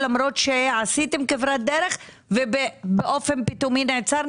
למרות שעשיתם כברת דרך ובאופן פתאומי נעצר.